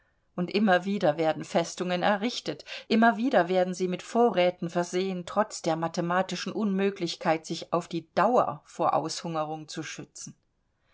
und immer wieder werden festungen errichtet immer wieder werden sie mit vorräten versehen trotz der mathematischen unmöglichkeit sich auf die dauer vor aushungerung zu schützen